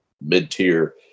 mid-tier